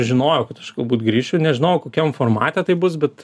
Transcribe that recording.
žinojau kad aš galbūt grįšiu nežinojau kokiam formate tai bus bet